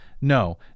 No